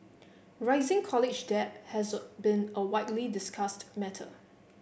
rising college debt has been a widely discussed matter